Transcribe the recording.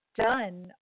done